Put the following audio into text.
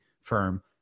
firm